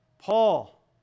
Paul